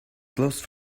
closed